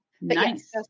Nice